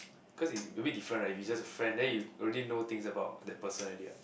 cause it a bit different right if he's just a friend then you already know things about that person already what